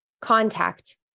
contact